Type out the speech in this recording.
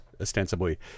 ostensibly